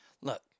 Look